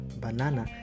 Banana